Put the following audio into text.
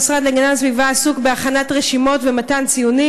המשרד להגנת הסביבה עסוק בהכנת רשימות ומתן ציונים.